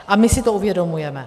A my si to uvědomujeme.